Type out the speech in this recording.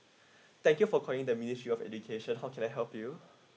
thank you for calling the ministry of education how can I help you